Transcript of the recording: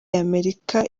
y’amerika